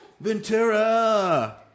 Ventura